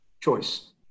choice